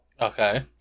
Okay